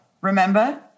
Remember